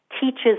teaches